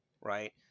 Right